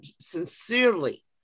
sincerely